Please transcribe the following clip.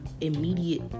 immediate